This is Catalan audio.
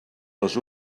les